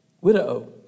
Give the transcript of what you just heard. Widow